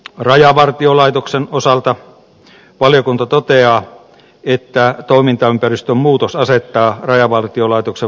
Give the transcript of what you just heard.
rajavartiolaitoksen osalta valiokunta toteaa että toimintaympäristön muutos asettaa rajavartiolaitoksen vaikeaan tilanteeseen